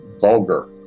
vulgar